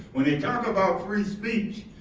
when they talk about free speech,